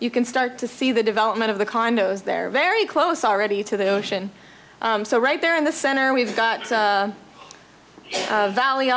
you can start to see the development of the condos there very close already to the ocean so right there in the center we've got a valley